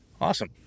Awesome